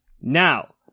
Now